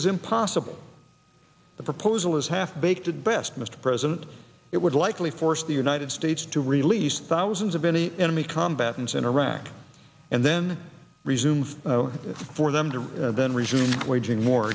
is impossible the proposal is half baked at best mr president it would likely force the united states to release thousands of any enemy combatants interact and then resumes for them to then resume waging war